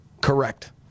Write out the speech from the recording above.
Correct